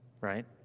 right